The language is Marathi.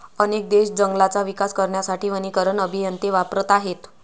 अनेक देश जंगलांचा विकास करण्यासाठी वनीकरण अभियंते वापरत आहेत